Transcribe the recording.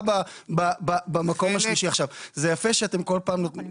זה יפה שאתם כל פעם נותנים